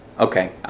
Okay